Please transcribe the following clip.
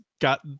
got